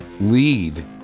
lead